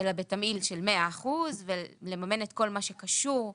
אלא בתמהיל של 100% ולממן את כל מה שקשור לרכב.